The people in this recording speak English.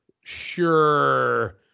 Sure